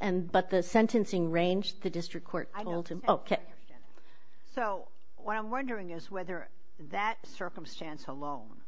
and but the sentencing range the district court i told him ok so what i'm wondering is whether that circumstance alone